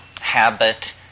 habit